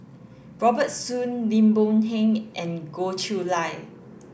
Robert Soon Lim Boon Heng and Goh Chiew Lye